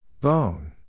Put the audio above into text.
Bone